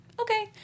okay